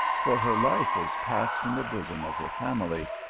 for her life is passed in the bosom of her family,